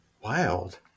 Wild